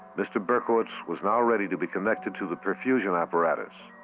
mr. berkowitz was now ready to be connected to the perfusion apparatus.